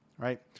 Right